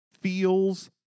feels